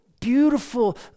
beautiful